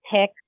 pick